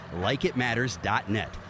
LikeItMatters.net